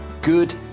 good